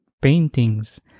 paintings